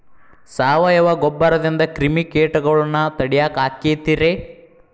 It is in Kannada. ಸಾವಯವ ಗೊಬ್ಬರದಿಂದ ಕ್ರಿಮಿಕೇಟಗೊಳ್ನ ತಡಿಯಾಕ ಆಕ್ಕೆತಿ ರೇ?